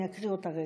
אני אקרא אותה רגע,